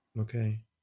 Okay